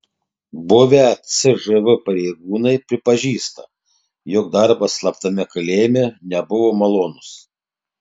buvę cžv pareigūnai pripažįsta jog darbas slaptame kalėjime nebuvo malonus